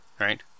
right